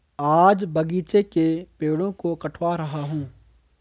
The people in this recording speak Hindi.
आज बगीचे के पेड़ों को कटवा रहा हूं